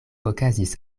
okazis